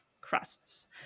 crusts